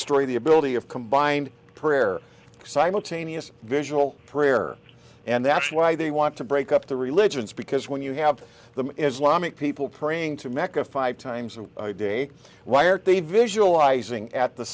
story the ability of combined prayer simultaneous visual prayer and that's why they want to break up the religions because when you have the islamic people praying to mecca five times a day why are they visualizing at the